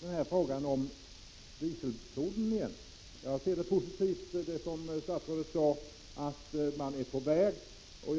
detta fall. Låt mig återigen ta upp frågan om tunga dieselfordon. Jag ser det som positivt vad statsrådet sade, nämligen att arbetet med detta pågår.